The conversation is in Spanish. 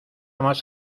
más